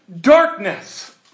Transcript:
darkness